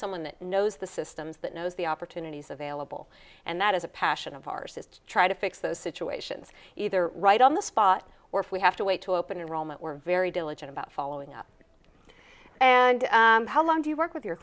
someone that knows the systems that knows the opportunities available and that is a passion of ours is to try to fix those situations either right on the spot or if we have to wait to open enrollment we're very diligent about following up and how long do you work with your